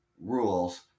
...rules